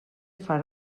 fan